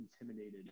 intimidated